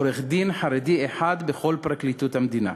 עורך-דין חרדי אחד בכל פרקליטות המדינה.